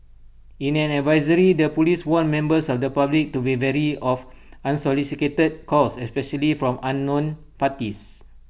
in an advisory their Police warned members of the public to be wary of unsolicited calls especially from unknown parties